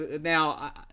Now